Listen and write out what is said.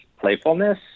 playfulness